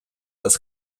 без